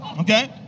okay